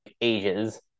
ages